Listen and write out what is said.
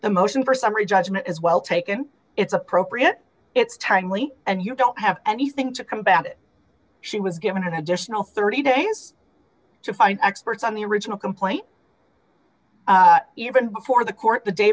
the motion for summary judgment is well taken it's appropriate it's timely and you don't have anything to combat it she was given an additional thirty days to find experts on the original complaint even before the court the day